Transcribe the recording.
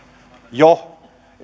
jo